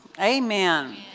amen